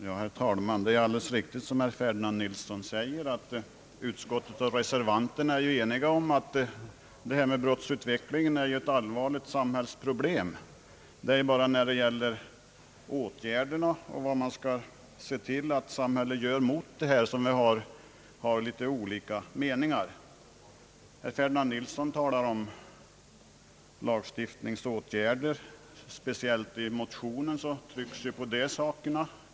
Herr talman! Det är alldeles riktigt som herr Ferdinand Nilsson säger, att utskottsmajoriteten och reservanterna är eniga om att brottsutvecklingen är ett allvarligt samhällsproblem. Det är bara i fråga om samhällets åtgärder mot dessa förhållanden som vi har olika meningar. Herr Ferdinand Nilsson talar om lagstiftningsåtgärder. I motionen trycks speciellt på just sådana åtgärder.